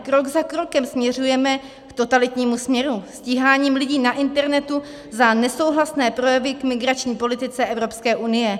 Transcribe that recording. Krok za krokem směřujeme k totalitnímu směru stíháním lidí na internetu za nesouhlasné projevy k migrační politice Evropské unie.